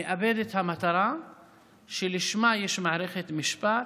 נאבד את המטרה שלשמה יש מערכת משפט,